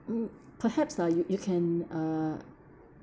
mm perhaps lah you you can uh